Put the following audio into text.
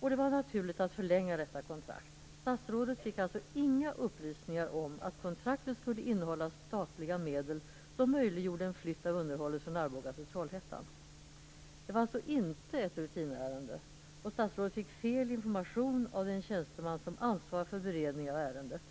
och det var naturligt att förlänga detta kontrakt. Statsrådet fick inga upplysningar om att kontraktet skulle innehålla statliga medel som möjliggjorde en flytt av underhållet från Arboga till Trollhättan. Det var alltså inte ett rutinärende, och statsrådet fick fel information av den tjänsteman som ansvarade för beredningen av ärendet.